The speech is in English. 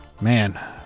Man